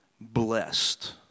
blessed